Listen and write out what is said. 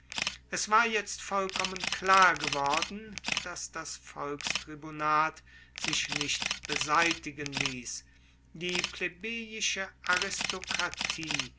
es war jetzt vollkommen klar geworden dass das volkstribunat sich nicht beseitigen liess die plebejische aristokratie